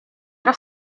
era